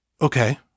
Okay